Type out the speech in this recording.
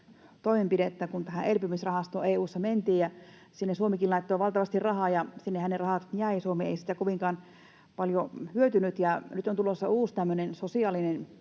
toimenpidettä, kun tähän elpymisrahastoon EU:ssa mentiin ja sinne Suomikin laittoi valtavasti rahaa, sinnehän ne rahat jäivät. Suomi ei siitä kovinkaan paljon hyötynyt. Ja nyt on tulossa EU:lle